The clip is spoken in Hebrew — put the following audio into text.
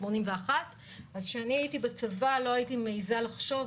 מהצבא בדצמבר 81'. כשאני הייתי בצבא לא הייתי מעיזה לחשוב,